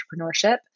entrepreneurship